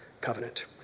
covenant